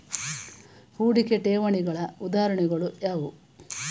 ಹೂಡಿಕೆ ಠೇವಣಿಗಳ ಉದಾಹರಣೆಗಳು ಯಾವುವು?